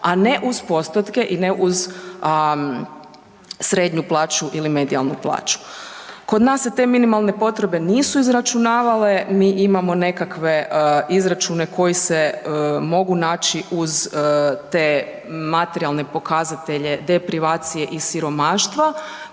a ne uz postotke i ne uz srednju plaću ili medijalnu plaću. Kod nas se te minimalne potrebe nisu izračunavale, mi imamo nekakve izračune koji se mogu naći uz te materijalne pokazatelje deprivacije i siromaštva